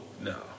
no